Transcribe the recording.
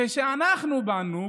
כשאנחנו באנו,